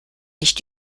nicht